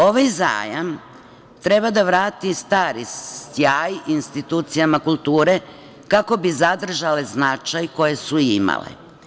Ovaj zajam treba da vrati stari sjaj institucijama kulture, kako bi zadržale značaj koji su imale.